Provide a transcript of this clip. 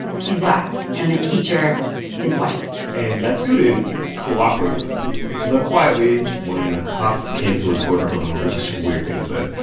she's black. and the teacher is white and that student cooperated with the police, and she left quietly when the cops came to escort her from the room. that's such a weird thing to say.